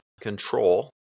control